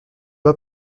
pas